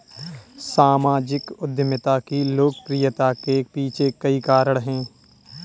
सामाजिक उद्यमिता की लोकप्रियता के पीछे कई कारण है